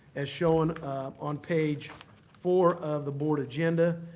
as shown on page four of the board agenda,